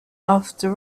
after